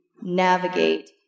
navigate